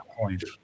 point